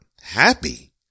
happy